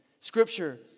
Scripture